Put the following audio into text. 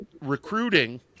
recruiting